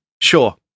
sure